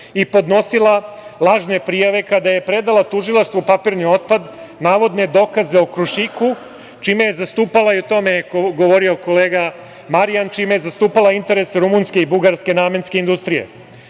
i podnosila lažne prijave kada je predala tužilaštvu papirni otpad, navodne dokaze o „Krušiku“ čime je zastupala, o tome je govorio kolega Marijan, interese rumunske i bugarske namenske industrije.O